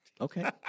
Okay